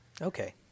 Okay